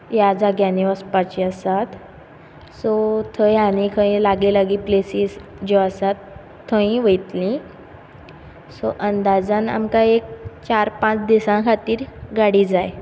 ह्या जाग्यांनी वचपाची आसात सो थंय आनी खंय लागीं प्लेसीस ज्यो आसात थंय वयतली सो अंदाजान आमकां एक चार पांच दिसा खातीर गाडी जाय